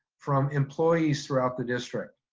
from employees throughout the district.